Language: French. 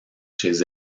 chez